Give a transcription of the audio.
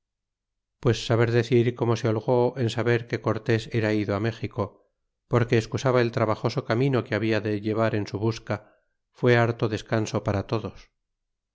pues saber decir como se holgó en saber que cortés era ido méxico porque escusaba el ea fue harto descanso parat todos